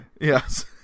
Yes